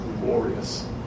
glorious